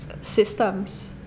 systems